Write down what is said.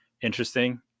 interesting